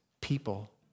people